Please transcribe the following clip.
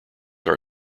are